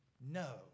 no